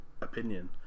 opinion